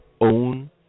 own